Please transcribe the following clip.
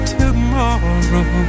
tomorrow